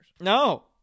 No